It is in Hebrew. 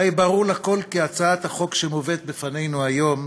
הרי ברור לכול כי הצעת החוק שמובאת בפנינו היום,